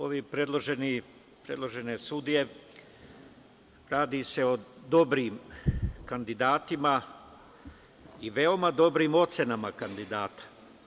Ove predložene sudije, radi se o dobrim kandidatima i veoma dobrim ocenama kandidata.